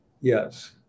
Yes